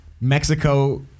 Mexico